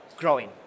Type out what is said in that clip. growing